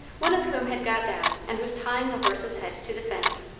one of whom had got down and was tying the horse's head to the fence.